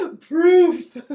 proof